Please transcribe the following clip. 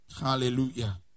Hallelujah